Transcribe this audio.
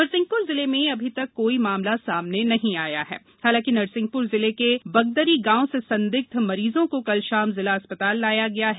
नरसिंहप्र जिले में अभी तक कोई मामला सामने नहीं आया हण हालांकि ज़िले के बगदरी गांव से संदिग्ध मरीजों को कल शाम जिला अस्पताल लाया गया है